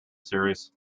series